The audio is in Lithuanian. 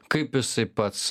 kaip jisai pats